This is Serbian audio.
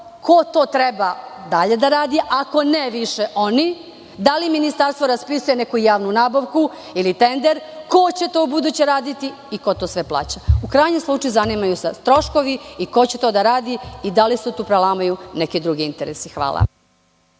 Ko to treba dalje da radi, ako ne više oni? Da li ministarstvo raspisuje neku javnu nabavku ili tender? Ko će to ubuduće raditi i ko to sve plaća? U krajnjem slučaju, zanimaju nas troškovi i ko će to da radi i da li se tu prelamaju neki drugi interesi? Hvala.